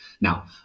Now